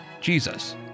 Jesus